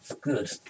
Good